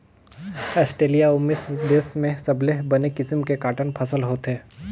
Australia अउ मिस्र देस में सबले बने किसम के कॉटन फसल होथे